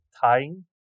tying